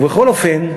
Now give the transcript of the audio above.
ובכל אופן,